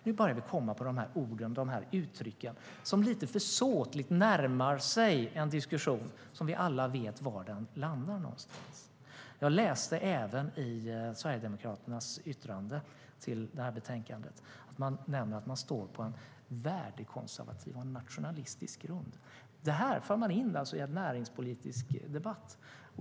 Nu börjar vi komma till de ord och uttryck som lite försåtligt närmar sig en diskussion som vi alla vet var den landar någonstans. Jag har även läst Sverigedemokraternas yttranden till det här betänkandet. Man nämner att man står på en värdekonservativ och nationalistiskt grund. Detta för man alltså in i en näringspolitisk debatt.